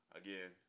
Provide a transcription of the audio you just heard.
again